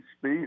speed